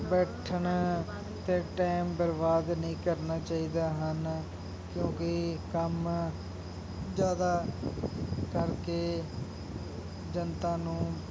ਬੈਠਣ ਅਤੇ ਟਾਈਮ ਬਰਬਾਦ ਨਹੀਂ ਕਰਨਾ ਚਾਹੀਦਾ ਹਨ ਕਿਉਂਕਿ ਕੰਮ ਜ਼ਿਆਦਾ ਕਰਕੇ ਜਨਤਾ ਨੂੰ